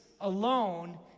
alone